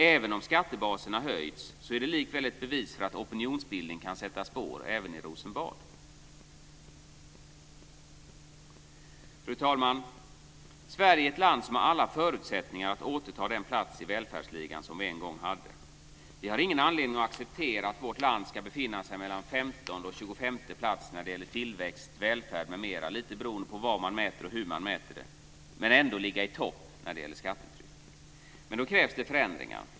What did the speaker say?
Även om skattebasen har höjts är det likväl ett bevis för att opinionsbildning kan sätta spår även i Rosenbad. Fru talman! Sverige har alla förutsättningar att återta den plats i välfärdsligan som vi en gång hade. Vi har ingen anledning att acceptera att vårt land ska befinna sig på mellan 15:e och 25:e plats när det gäller tillväxt, välfärd m.m. - lite beroende på vad man mäter och hur man mäter det - men ändå ligga i topp när det gäller skattetryck. Men då krävs det förändringar.